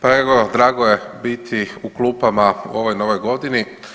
Pa evo drago je biti u klupama u ovoj novoj godini.